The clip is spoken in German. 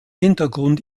hintergrund